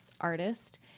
artist